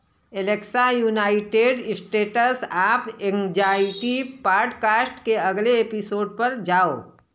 Alexa United States app anxiety podcast के अगले episode पर जाओ